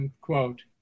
quote